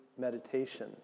meditation